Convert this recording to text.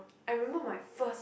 I remember my first